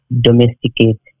domesticate